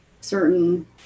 certain